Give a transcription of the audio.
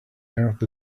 earth